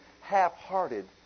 half-hearted